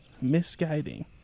misguiding